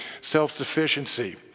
Self-sufficiency